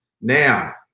Now